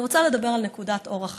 אני רוצה לדבר על נקודה אור אחת.